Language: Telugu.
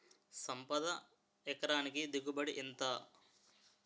సంపద ఎకరానికి దిగుబడి ఎంత?